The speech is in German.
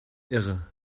irre